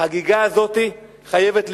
החגיגה הזאת חייבת להיגמר.